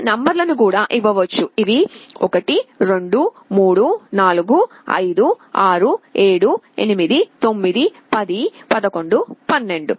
pin number లను కూడా ఇవ్వవచ్చుఇవి 1 2 3 4 5 6 7 8 9 10 11 12